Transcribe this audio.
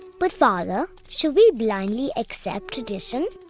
but father, should we blindly accept tradition?